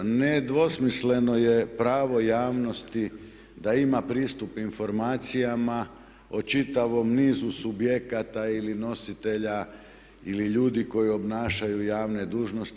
Nedvosmisleno je pravo javnosti da ima pristup informacijama o čitavom nizu subjekata ili nositelja ili ljudi koji obnašaju javne dužnosti.